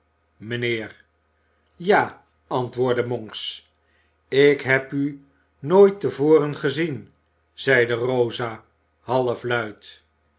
mijnheer ja antwoordde monks ik heb u nooit te voren gezien zeide rosa half